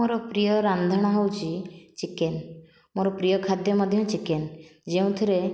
ମୋର ପ୍ରିୟ ରାନ୍ଧଣ ହେଉଛି ଚିକେନ ମୋର ପ୍ରିୟ ଖାଦ୍ୟ ମଧ୍ୟ ଚିକେନ ଯେଉଁଥିରେ